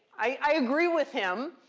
i agree with him.